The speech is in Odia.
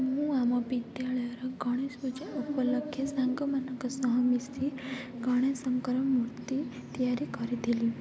ମୁଁ ଆମ ବିଦ୍ୟାଳୟର ଗଣେଶ ପୂଜା ଉପଲକ୍ଷେ ସାଙ୍ଗମାନଙ୍କ ସହ ମିଶି ଗଣେଶଙ୍କର ମୂର୍ତ୍ତି ତିଆରି କରିଥିଲୁ